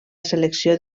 selecció